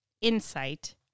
insight